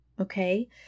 okay